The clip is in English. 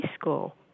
school